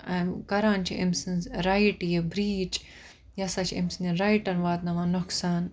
کَران چھِ أمۍ سٕنٛز رایِٹ یہِ برٛیٖچ یہِ ہَسا چھُ أمۍ سٕنٛدیَن رایٹَن واتناوان نۅقصان